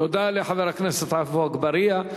תודה לחבר הכנסת עפו אגבאריה.